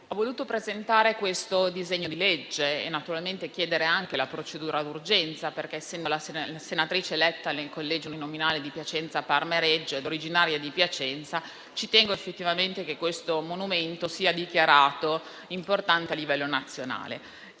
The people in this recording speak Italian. ho voluto presentare questo disegno di legge e naturalmente chiedere anche la procedura d'urgenza perché, essendo la senatrice eletta nel collegio uninominale di Piacenza, Parma e Reggio e originaria di Piacenza, ci tengo effettivamente che questo monumento sia dichiarato importante a livello nazionale.